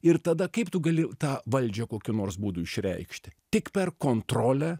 ir tada kaip tu gali tą valdžią kokiu nors būdu išreikšti tik per kontrolę